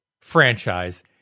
franchise